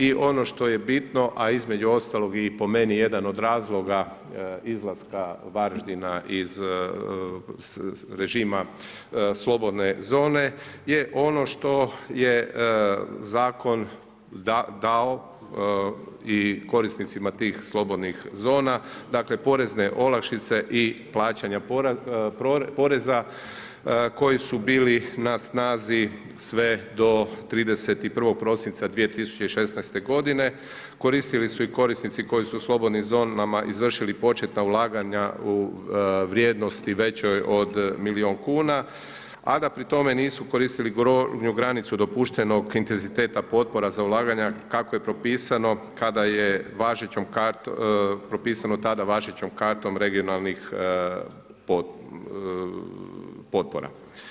I ono što je bitno a između ostalog i po meni jedan od razloga izlaska Varaždina iz režima slobodne zone je ono što je zakon dao i korisnicima tih slobodnih zona, dakle porezne olakšice i plaćanja poreza koji su bili na snazi sve do 31. prosinca 2016. godine, koristili su i korisnici koji su u slobodnim zonama izvršili početna ulaganja u vrijednosti većoj od milijun kuna a da pri tome nisu koristili gornju granicu dopuštenog intenziteta potpora za ulaganja kako je propisano, kada je važećom kartom, propisano tada važećom kartom regionalnih potpora.